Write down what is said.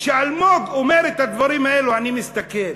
כשאלמוג אומר את הדברים האלו אני מסתכל.